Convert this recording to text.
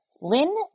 Lynn